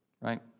right